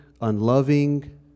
unloving